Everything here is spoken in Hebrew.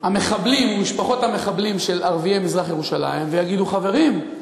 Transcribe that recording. המחבלים ומשפחות המחבלים של ערביי מזרח-ירושלים ויגידו: חברים,